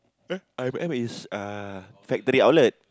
eh I_M_M is uh factory outlet